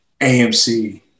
AMC